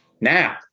now